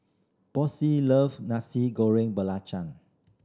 Boysie love Nasi Goreng Belacan